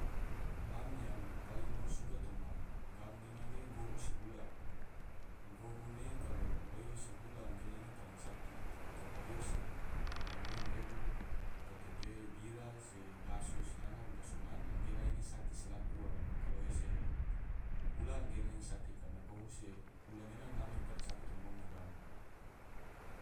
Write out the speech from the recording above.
Ngam yang paling ngom suka toma gam nena ge, gohu se hula, gohu ne kalu oyo se hula gena ena paling saki, tapi kalo oyo se garamoi ma regu gatebe bira bolo daso sinanga bolo daso ngan anggena ena saki slak ua kalo se hula ge ene saki karna gohu se hula nena ngam paling saki toma ngom ma gam